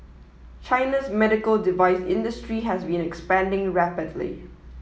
China's medical device industry has been expanding rapidly